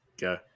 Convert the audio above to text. go